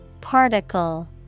Particle